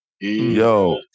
Yo